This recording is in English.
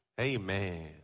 Amen